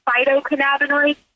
phytocannabinoids